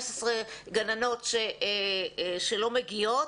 15 גננות שלא מגיעות,